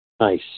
Nice